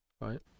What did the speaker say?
Right